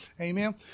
Amen